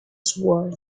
sword